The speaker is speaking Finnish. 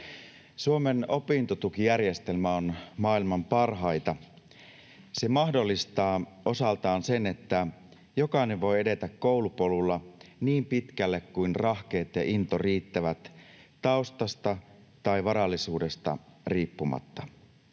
Suomen opintotukijärjestelmä on maailman parhaita. Se mahdollistaa osaltaan sen, että jokainen voi edetä koulupolulla niin pitkälle kuin rahkeet ja into riittävät, taustasta tai varallisuudesta riippumatta.